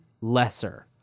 lesser